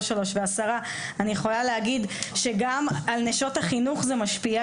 לא 15:10. אני יכולה להגיד שגם על נשות החינוך זה משפיע.